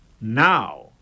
now